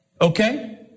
Okay